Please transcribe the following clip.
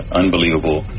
unbelievable